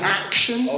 action